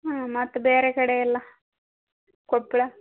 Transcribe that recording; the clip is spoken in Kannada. ಹಾಂ ಮತ್ತು ಬೇರೆ ಕಡೆ ಎಲ್ಲ ಕೊಪ್ಪಳ